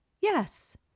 Yes